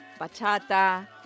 bachata